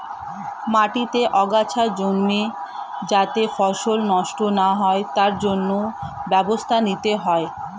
মাটিতে আগাছা জন্মে যাতে ফসল নষ্ট না হয় তার জন্য ব্যবস্থা নিতে হয়